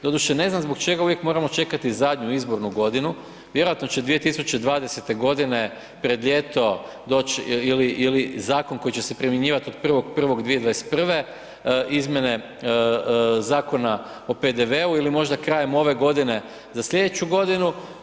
Doduše, ne znam zbog čega uvijek moramo čekati zadnju izbornu godinu, vjerojatno će 2020.g. pred ljeto doć ili zakon koji će se primjenjivat od 1.1.2021. izmjene Zakona o PDV-u ili možda krajem ove godine za slijedeću godinu.